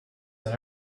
that